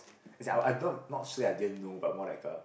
as in I don't not not say I didn't know but more like a